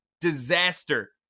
disaster